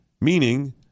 Meaning